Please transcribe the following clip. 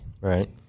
Right